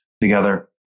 together